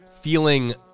feeling